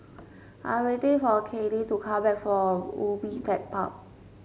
I'm waiting for Kailee to come back from Ubi Tech Park